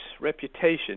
reputation